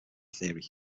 theory